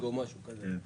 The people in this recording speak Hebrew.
כן.